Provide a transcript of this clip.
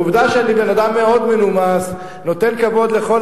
העובדה שאני בן-אדם מאוד מנומס ונותן כבוד לכל